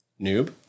Noob